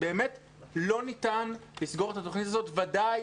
באמת לא ניתן לסגור את התוכנית הזאת, ודאי